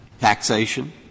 taxation